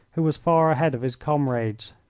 who was far ahead of his comrades.